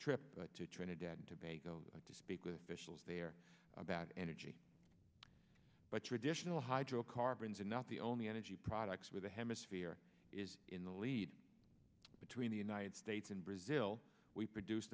trip to trinidad and tobago to speak with officials there about energy but traditional hydrocarbons are not the only energy products where the hemisphere is in the lead between the united states and brazil we produce